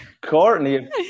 Courtney